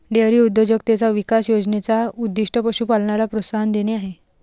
dairy उद्योजकताचा विकास योजने चा उद्दीष्ट पशु पालनाला प्रोत्साहन देणे आहे